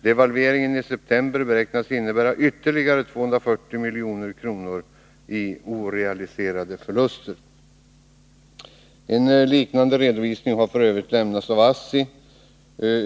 Devalveringen i september beräknas innebära ytterligare ca 240 Mkr i orealiserade kursför Nr 88 luster.” Torsdagen den En liknande redovisning har f.ö. lämnats av ASSI.